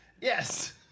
Yes